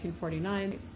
1949